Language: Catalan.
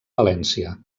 valència